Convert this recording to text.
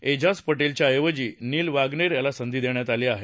एजाझ पटेलच्या ऐवजी Neil Wagner याला संधी देण्यात आली आहे